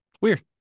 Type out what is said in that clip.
Weird